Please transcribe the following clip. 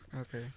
Okay